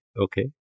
okay